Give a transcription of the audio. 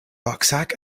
rucksack